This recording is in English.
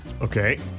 Okay